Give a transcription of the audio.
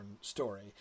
story